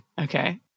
Okay